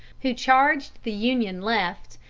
who charged the union left,